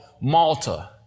Malta